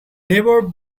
never